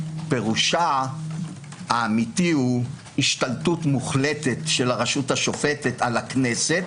פירושה האמיתי הוא השתלטות מוחלטת של הרשות השופטת על הכנסת,